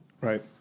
Right